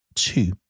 Two